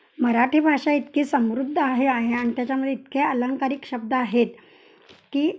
मराठी भाषा इतकी समृद्ध आहे आणि त्याच्यामध्ये इतके अलंंकारिक शब्द आहेत की